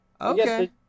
Okay